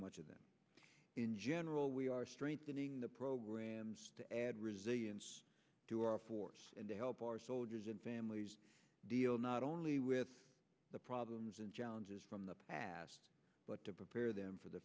much of that in general we are strengthening the programs to add resilience to our force and to help our soldiers and families deal not only with the problems and challenges from the past but to prepare them for the